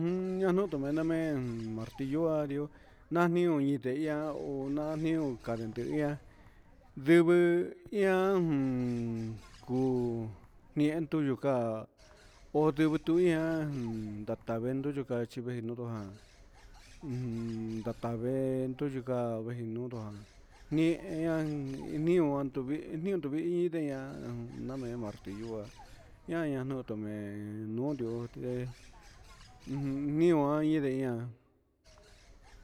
Jun ñanutu ñunamen martillo arió nanrio inde ihá ihó ko na ihó kanrendu ihá, nduvo iian kuu un nintuyu ka'a ondutu ihán un ndatavenro ndukachi vee nudu'á ujun ndatavedor yujan niñodua nian ndiunduvi ndiundo vi ndiña'a, name martillo ohá jan ña notume, nondio ndé ujun nió aniñenda.